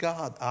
God